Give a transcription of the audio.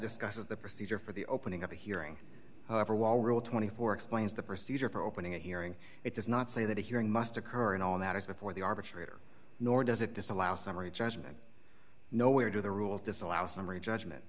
discusses the procedure for the opening of the hearing however while rule twenty four dollars explains the procedure for opening a hearing it does not say that a hearing must occur and all that is before the arbitrator nor does it disallow summary judgment nowhere do the rules disallow summary judgment